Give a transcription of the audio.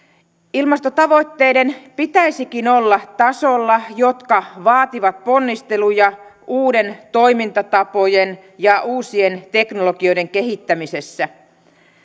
ilmastotavoitteiden pitäisikin olla tasolla joka vaatii ponnisteluja uusien toimintatapojen ja uusien teknologioiden kehittämisessä